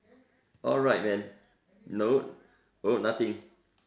alright man no oh nothing